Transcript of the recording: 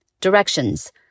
Directions